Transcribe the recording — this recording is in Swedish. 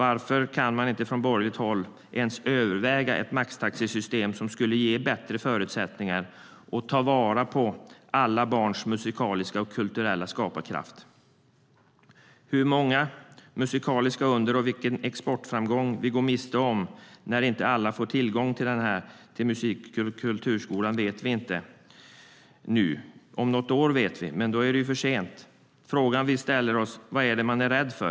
Varför kan man från borgerligt håll inte ens överväga ett maxtaxesystem som skulle ge bättre förutsättningar att ta vara på alla barns musikaliska och kulturella skaparkraft? Hur många musikaliska under och vilken exportframgång vi går miste om när inte alla får tillgång till musik och kulturskolan vet vi inte nu. Frågan vi ställer oss är vad det är man är rädd för.